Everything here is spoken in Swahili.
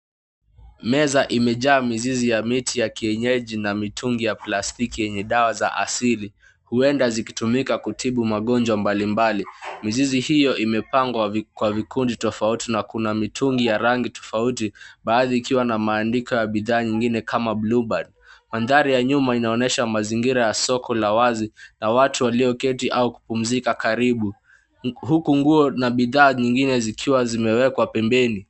Meza imejaa mizizi ya miti ya kienyeji na mitungi ya plastiki yenye dawa za asili, huenda zikitumika kutibu magonjwa mbalimbali. Mizizi hiyo imepangwa kwa vikundi tofauti na kuna mitungi ya rangi tofauti. Baadhi ikiwa na maandiko ya bidhaa nyingine kama blueband. Maandhari ya nyuma inaonyesha mazingira ya soko la wazi na watu walioketi na kupumzika karibu, huku nguo na bidhaa nyingine zikiwa zimewekwa pembeni.